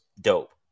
dope